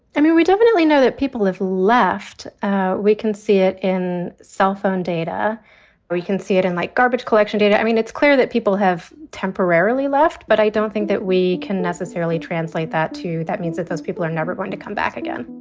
i mean, we definitely know that people have left we can see it in cell phone data or you can see it in like garbage collection data. i mean, it's clear that people have temporarily left. but i don't don't think that we can necessarily translate that to. that means that those people are never going to come back again